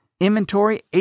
inventory